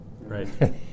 Right